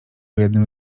jednym